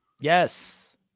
Yes